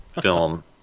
film